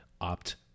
opt